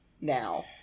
now